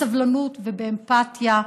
בסבלנות ובאמפתיה.